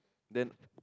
then